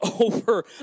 over